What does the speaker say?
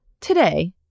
today